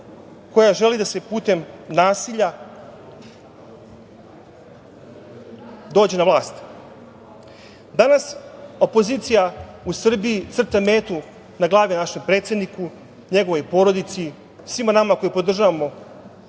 koja želi da putem nasilja dođe na vlast. Danas opozicija u Srbiji crta metu na glavi našem predsedniku, njegovoj porodici, svima nama koji podržavamo